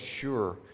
sure